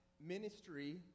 ministry